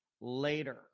later